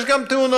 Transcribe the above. יש גם תאונות,